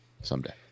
Someday